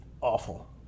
awful